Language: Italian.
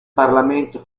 parlamento